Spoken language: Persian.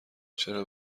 چرا